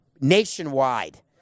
Nationwide